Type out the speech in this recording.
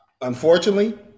Unfortunately